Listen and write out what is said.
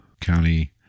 County